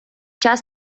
час